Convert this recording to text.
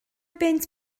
bunt